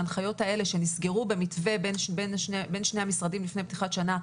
ההנחיות האלה שנסגרו במתווה בין שני המשרדים לפני פתיחת שנה,